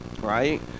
right